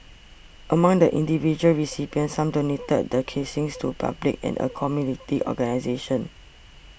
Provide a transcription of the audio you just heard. among the individual recipients some donated the casings to public and a community organisation